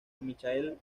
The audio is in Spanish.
michael